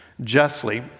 justly